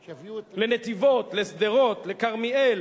לנתיבות, לשדרות, לכרמיאל,